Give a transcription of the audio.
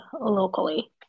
locally